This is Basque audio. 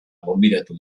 gonbidatu